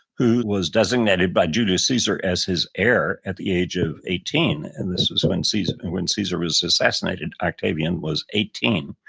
who was designated by julius caesar as his heir at the age of eighteen. and this was when caesar and when caesar was assassinated. octavian was eighteen.